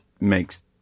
makes